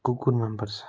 कुकुर मनपर्छ